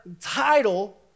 title